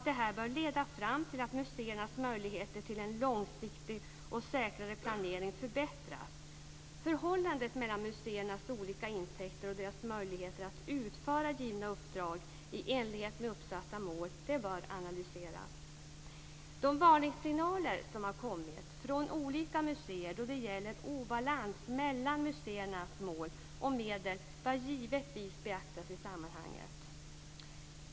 Detta bör leda fram till att museernas möjligheter till en långsiktig och säkrare planering förbättras. Förhållandet mellan museernas olika intäkter och deras möjligheter att utföra givna uppdrag i enlighet med uppsatta mål bör analyseras. De varningssignaler som har kommit från olika museer då det gäller obalans mellan museernas mål och medel bör givetvis beaktas i sammanhanget.